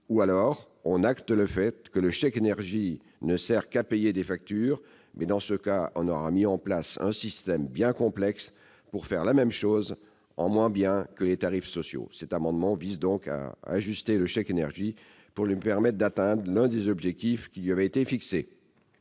Ou alors on acte le fait que le chèque énergie ne sert qu'à payer des factures, mais dans ce cas on aura mis en place un système bien complexe pour faire, en moins bien, ce que faisaient déjà les tarifs sociaux ! Cet amendement vise donc à ajuster le chèque énergie pour lui permettre d'atteindre l'un des objectifs qui lui avaient été fixés.